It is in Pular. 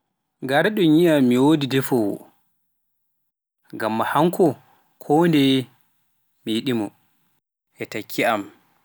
gara ɗum yia mi wodi ndefoowoo, ngamma hannko kondeye mi yiɗimo e takki an.